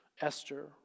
Esther